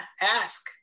ask